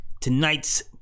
Tonight's